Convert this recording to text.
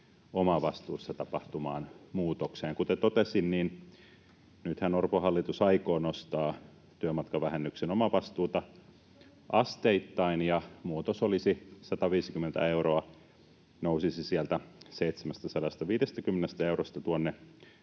omavastuussa tapahtuvaan muutokseen. Kuten totesin, nythän Orpon hallitus aikoo nostaa työmatkavähennyksen omavastuuta asteittain, ja muutos olisi 150 euroa, nousisi sieltä 750 eurosta tuonne